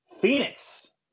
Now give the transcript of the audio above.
phoenix